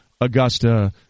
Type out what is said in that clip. Augusta